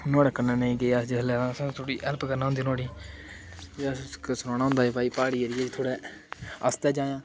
नुहाड़े कन्नै नेईं गे अस जिसलै असें थोह्ड़ी हैल्प करना होंदी नुहाड़ी जिस सखाना होंदा कि भाई प्हाड़ी एरिया थोह्ड़े आस्तै जायां